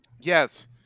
Yes